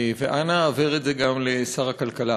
ואנא העבר את זה גם לשר הכלכלה: